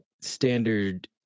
standard